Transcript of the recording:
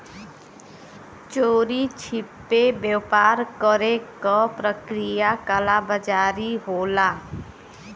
चोरी छिपे व्यापार करे क प्रक्रिया कालाबाज़ारी होला